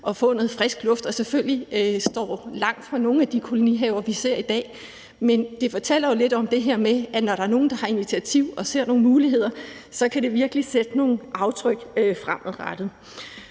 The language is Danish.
og få noget frisk luft. Det står selvfølgelig langt fra nogle af de kolonihaver, vi ser i dag, men det fortæller jo lidt om det med, at når der er nogle, der er initiativrige og ser nogle muligheder, så kan det virkelig sætte nogle aftryk fremadrettet.